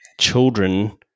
children